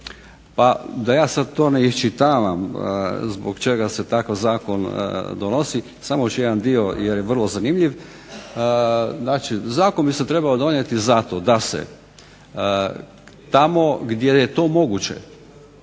Pa da ja sad to ne iščitavam zbog čega se takav zakon donosi samo ću jedan dio jer je vrlo zanimljiv. Znači, zakon bi se trebao donijeti zato da se tamo gdje je to moguće